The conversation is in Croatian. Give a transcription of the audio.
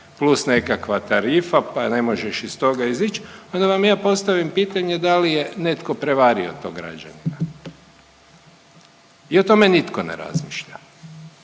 plus nekakva tarifa, pa ne možeš iz toga izić, onda vam ja postavim pitanje da li je netko prevario tog građanina. I o tome nitko ne razmišlja.